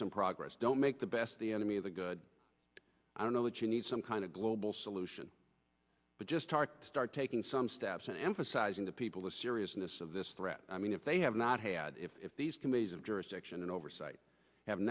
some progress don't make the best the enemy of the good i don't know that you need some kind of global solution but just start taking some steps and emphasizing to people the seriousness of this threat i mean if they have not had if these committees of jurisdiction and oversight have